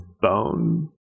bone